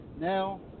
now